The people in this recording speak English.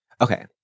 okay